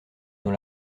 dans